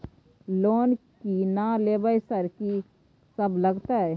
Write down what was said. Loan की ना लेबय सर कि सब लगतै?